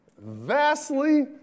vastly